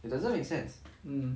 it doesn't make sense